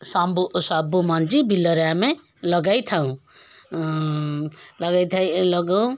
ଶମ୍ବୁ ସବୁମଞ୍ଜି ବିଲରେ ଆମେ ଲଗାଇଥାଉଁ ଲଗାଇ ଥାଇ ଏ ଲଗଉଁ